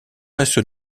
reste